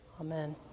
Amen